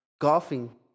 golfing